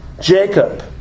Jacob